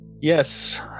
yes